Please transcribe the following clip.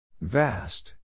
Vast